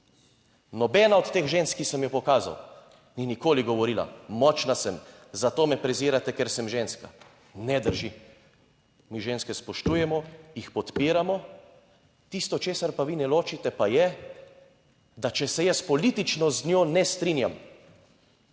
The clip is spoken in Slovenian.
Nobena od teh žensk, ki sem jo pokazal, ni nikoli govorila, močna sem, zato me prezirate, ker sem ženska. Ne drži. Mi ženske spoštujemo, jih podpiramo, tisto, česar pa vi ne ločite, pa je, da če se jaz politično z njo ne strinjam,